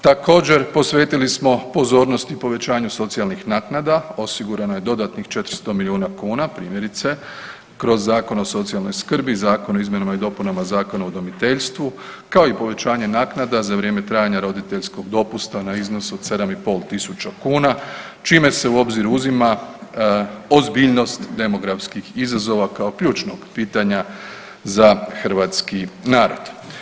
Također, posvetili smo pozornost i povećanju socijalnih naknada, osigurano je dodatnih 400 milijuna kuna, primjerice, kroz Zakon o socijalnoj skrbi, Zakon o izmjenama i dopunama zakona o udomiteljstvu, kao i povećanje naknada za vrijeme trajanja roditeljskog dopusta na iznos od 7,5 tisuća kuna, čime se u obzir uzima ozbiljnost demografskih izazova kao ključnog pitanja za hrvatski narod.